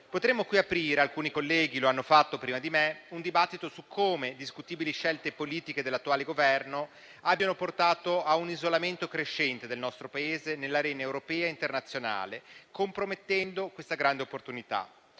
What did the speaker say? potremmo aprire - alcuni colleghi lo hanno fatto prima di me - un dibattito su come discutibili scelte politiche dell'attuale Governo abbiano portato a un isolamento crescente del nostro Paese nell'arena europea e internazionale, compromettendo questa grande opportunità.